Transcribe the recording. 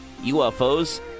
ufos